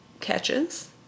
catches